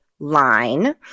line